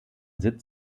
sitz